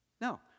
No